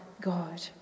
God